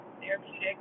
therapeutic